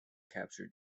captured